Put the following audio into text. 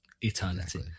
eternity